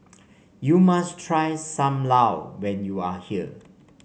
you must try Sam Lau when you are here